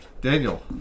Daniel